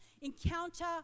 encounter